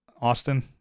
Austin